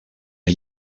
are